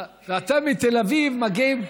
ואתם מתל אביב מגיעים,